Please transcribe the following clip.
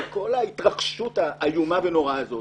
כל ההתרחשות האיומה והנוראה הזאת